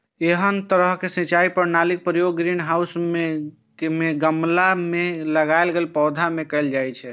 एहन तरहक सिंचाई प्रणालीक प्रयोग ग्रीनहाउस मे गमला मे लगाएल पौधा मे कैल जाइ छै